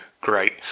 great